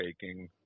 taking